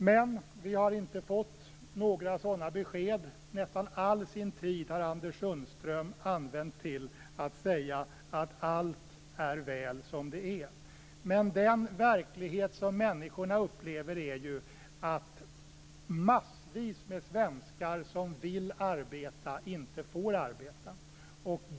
Men vi har inte fått några sådana besked. Anders Sundström har använt nästan all sin tid till att säga att allt är väl som det är. Men den verklighet som människorna upplever är ju att massvis med svenskar som vill arbeta inte får det.